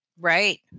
Right